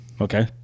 Okay